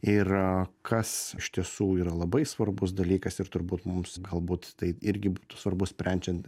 ir kas iš tiesų yra labai svarbus dalykas ir turbūt mums galbūt tai irgi būtų svarbu sprendžiant